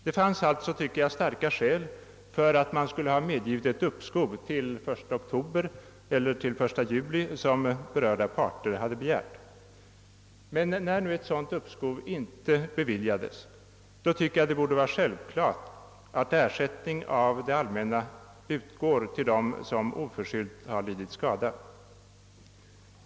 Det fanns alltså skäl för att, som berörda parter begärde, medge ett uppskov till den 1 oktober eller till den 1 juli. När nu emellertid ett sådant uppskov inte beviljades borde det vara självklart att ersättning från det allmänna utgår till dem som oförskyllt lidit skada.